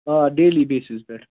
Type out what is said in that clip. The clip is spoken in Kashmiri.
آ ڈیلی بیسِز پٮ۪ٹھ